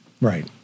right